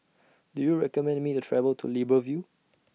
Do YOU recommend Me to travel to Libreville